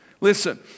Listen